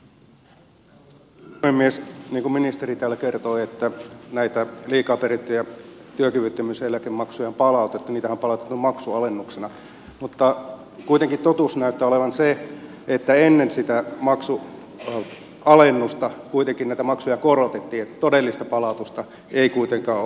niin kuin ministeri täällä kertoi näitä liikaa perittyjä työkyvyttömyyseläkemaksuja on palautettu niitähän on palautettu maksualennuksina mutta totuus näyttää olevan se että ennen sitä maksualennusta kuitenkin näitä maksuja korotettiin niin että todellista palautusta ei kuitenkaan ole olemassa